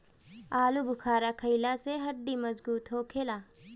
आलूबुखारा खइला से हड्डी मजबूत होखेला